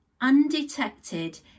undetected